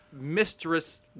mistress